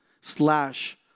slash